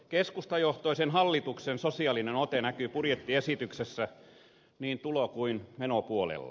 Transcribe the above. keskustajohtoisen hallituksen sosiaalinen ote näkyy budjettiesityksessä niin tulo kuin menopuolella